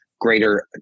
greater